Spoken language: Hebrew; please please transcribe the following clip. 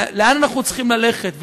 לאן אנחנו צריכים ללכת?